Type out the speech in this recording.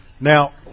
Now